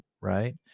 right